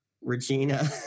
Regina